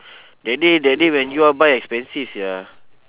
that day that day when you all buy expensive sia